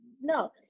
No